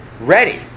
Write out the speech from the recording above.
ready